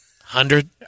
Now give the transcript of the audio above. hundred